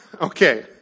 okay